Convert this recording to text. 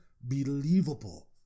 believable